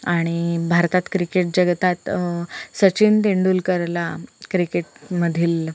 आणि भारतात क्रिकेट जगतात सचिन तेंडुलकरला क्रिकेटमधील